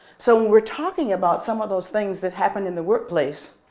so when we're talking about some of those things that happen in the workplace,